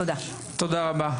תודה רבה.